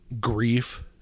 grief